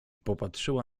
popatrzyła